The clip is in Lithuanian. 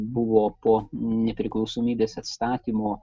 buvo po nepriklausomybės atstatymo